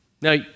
Now